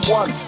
one